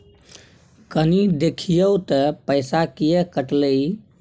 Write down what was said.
कनी देखियौ त पैसा किये कटले इ?